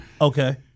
Okay